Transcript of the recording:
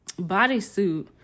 bodysuit